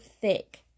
thick